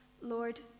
Lord